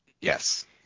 Yes